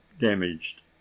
damaged